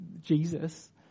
Jesus